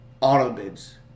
auto-bids